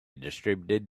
distributed